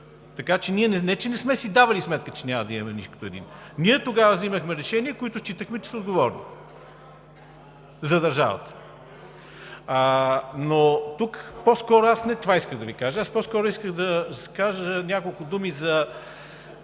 Не че не сме си давали сметка, че няма да имаме нито един, тогава ние взимахме решенията, които считахме, че са отговорни за държавата. Но по-скоро не това исках да Ви кажа. Аз по-скоро исках да кажа няколко думи за